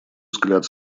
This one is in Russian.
взгляд